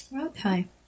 Okay